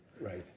Right